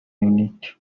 unit